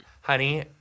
honey